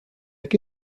qué